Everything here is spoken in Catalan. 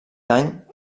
any